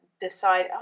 decide